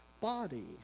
body